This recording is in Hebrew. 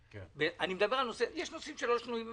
יש נושאים שלא שנויים במחלוקת,